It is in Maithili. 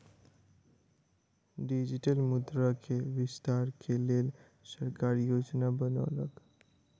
डिजिटल मुद्रा के विस्तार के लेल सरकार योजना बनौलक